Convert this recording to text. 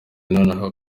nonaha